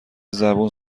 زبون